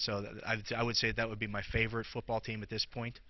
so i would say that would be my favorite football team at this point